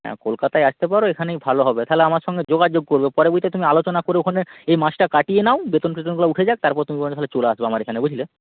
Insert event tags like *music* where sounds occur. হ্যাঁ কলকাতায় আসতে পারো এখানেই ভালো হবে তাহলে আমার সঙ্গে যোগাযোগ করবে পরে *unintelligible* তুমি আলোচনা করে ওখানে এই মাসটা কাটিয়ে নাও বেতন ফেতনগুলো উঠে যাক তারপর তুমি বরং এখানে চলে আসবে আমার এখানে বুঝলে